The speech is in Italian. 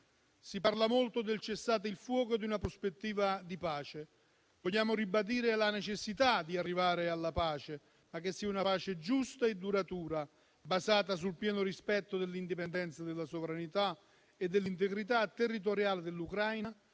Si parla molto del cessate il fuoco e di una prospettiva di pace; vogliamo ribadire la necessità di arrivare alla pace, ma che sia una pace giusta e duratura, basata sul pieno rispetto dell'indipendenza, della sovranità e dell'integrità territoriale dell'Ucraina,